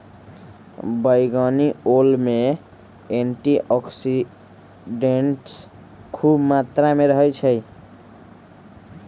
बइगनी ओल में एंटीऑक्सीडेंट्स ख़ुब मत्रा में रहै छइ